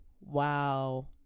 Wow